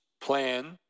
plan